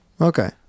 Okay